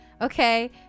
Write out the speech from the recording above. okay